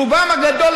רובם הגדול,